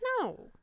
No